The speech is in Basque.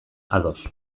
ados